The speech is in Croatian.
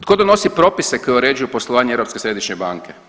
Tko donosi propise koji uređuju poslovanje Europske središnje banke?